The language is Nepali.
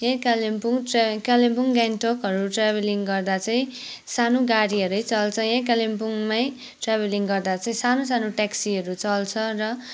यहीँ कालिम्पोङ कालिम्पोङ गान्तोकहरू ट्रभलिङ गर्दा चाहिँ सानो गाडीहरू नै चल्छ यही कालिम्पोङमै ट्रभालिङ गर्दा चाहिँ सानो सानो ट्याक्सीहरू चल्छ र